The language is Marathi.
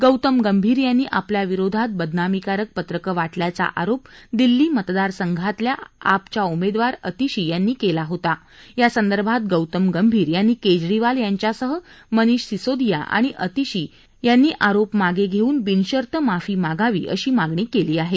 गौतम गंभीर यांनी आपल्या विरोधात बदनामीकारक पत्रकं वाटल्याचा आरोप पूर्व दिल्ली मतदारसंघातल्या आपच्या उमेदवार अतिशी यांनी केला होता यासंदर्भात गौतम गंभीर यांनी केजरीवाल यांच्यासह मनीष सिसोदिया आणि अतीशी यांनी आरोप मागे घेऊन बिनशर्त माफी मागावी अशी मागणी केली आहे